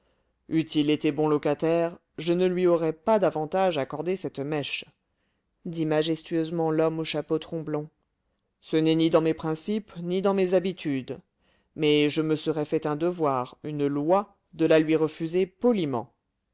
eût-il été bon locataire je ne lui aurais pas davantage accordé cette mèche dit majestueusement l'homme au chapeau tromblon ce n'est ni dans mes principes ni dans mes habitudes mais je me serais fait un devoir une loi de la lui refuser poliment